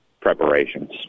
preparations